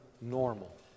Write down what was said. normal